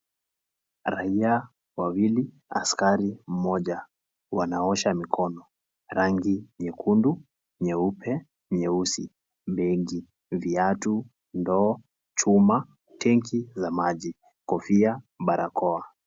Raia wawili, askari mmoja wanaosha mkono, rangi nyekundu, nyeupe, nyeusi mengi viatu, ndoo, chuma, tenki za maji, kofia, barakoa.